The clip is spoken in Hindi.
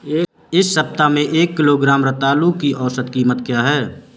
इस सप्ताह में एक किलोग्राम रतालू की औसत कीमत क्या है?